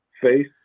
face